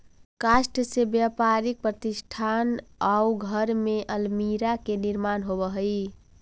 काष्ठ से व्यापारिक प्रतिष्ठान आउ घर में अल्मीरा के निर्माण होवऽ हई